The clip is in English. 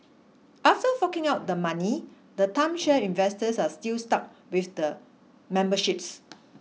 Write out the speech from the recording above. after forking out the money the timeshare investors are still stuck with the memberships